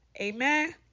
Amen